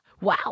Wow